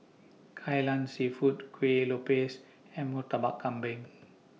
Kai Lan Seafood Kuih Lopes and Murtabak Kambing